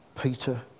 Peter